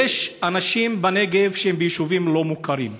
יש אנשים בנגב שהם ביישובים לא מוכרים,